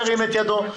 ירים את ידו.